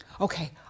Okay